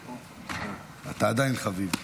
אתה עדיין חביב.